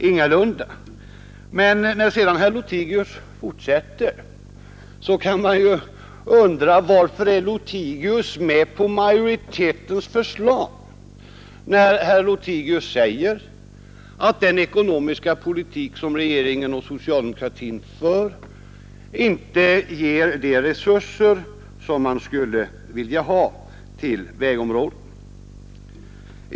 Men när man lyssnade på herr Lothigius anförande kunde man undra varför han har anslutit sig till majoritetens förslag, när han ju säger att den ekonomiska politik som regeringen och socialdemokratin för inte ger de resurser man vill ha till vägområdet.